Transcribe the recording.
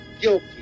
guilty